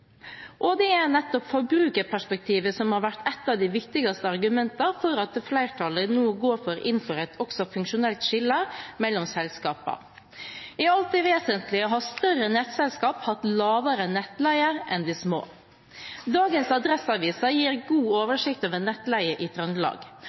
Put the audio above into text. best. Det er nettopp forbrukerperspektivet som har vært et av de viktigste argumenter for at flertallet nå går inn for et funksjonelt skille mellom selskapene. I det alt vesentlige har større nettselskaper hatt lavere nettleier enn de små. Dagens Adresseavisen gir en god